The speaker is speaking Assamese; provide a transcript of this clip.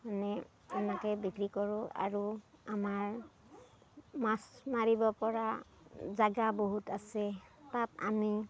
মানে এনেকৈ বিক্ৰী কৰোঁ আৰু আমাৰ মাছ মাৰিব পৰা জাগা বহুত আছে তাত আমি